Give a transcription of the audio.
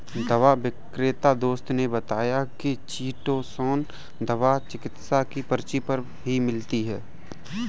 दवा विक्रेता दोस्त ने बताया की चीटोसोंन दवा चिकित्सक की पर्ची पर ही मिलती है